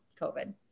COVID